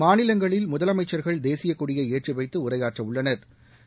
மாநிலங்களில் முதலமைச்சா்கள் தேசிய கொடியை ஏற்றிவைத்து உரையாற்ற உள்ளனா்